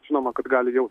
žinoma kad gali jaustis